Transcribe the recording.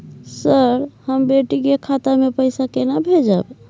Sir, हम बेटी के खाता मे पैसा केना भेजब?